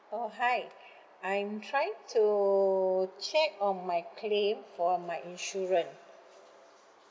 !ow! hi I'm trying to check on my claim for my insurance